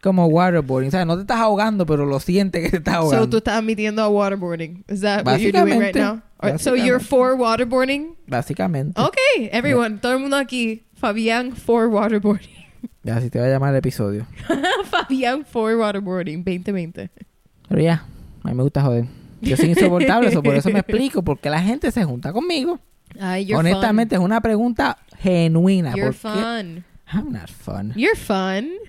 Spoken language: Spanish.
como waterboarding. O sea, no te estás ahogando, pero lo sientes que te estás So, ahogando. ¿tú estás admitiendo a waterboarding? Is that what you're doing right Básicamente, now? Or- so, you're básicamente. for waterboarding? Básicamente. OK, everyone, Ya. todo el mundo aquí, Fabián for waterboarding. Ya, así te va a llamar el episodio. Fabián for waterboarding 2020. Pero ya, a mí me gusta joder. Yo soy insoportable, so, por eso me explico, porque la gente se junta conmigo. Ay, you're Honestamente, fun. es una pregunta genuina, You're ¿por qué? fun. I'm not fun. You're fun.